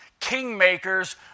kingmakers